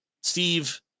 Steve